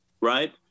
right